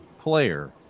player